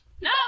No